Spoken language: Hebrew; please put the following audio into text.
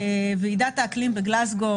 ועידת האקלים בגלזגו